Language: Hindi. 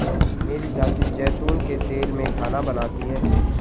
मेरी चाची जैतून के तेल में खाना बनाती है